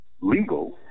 legal